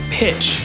pitch